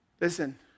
Listen